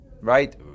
right